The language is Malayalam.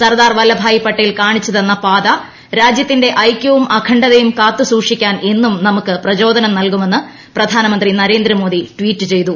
സർദാർ വല്ലഭായി പട്ടേൽ കാണിച്ചുതന്ന പാത രാജ്യത്തിന്റെ ഐക്യവും അഖണ്ഡതയും കാത്തൂസൂക്ഷിക്കാൻ എന്നും നമുക്ക് പ്രചോദനം നൽകുമെന്ന് പ്രിൽാന്മന്ത്രി നരേന്ദ്ര മോദി ട്വീറ്റ് ചെയ്തു